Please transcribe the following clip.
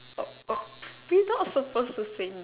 we not suppose to sing